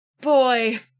boy